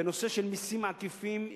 בנושא של מסים עקיפים,